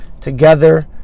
together